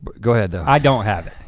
go ahead though. i don't have it.